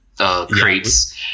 crates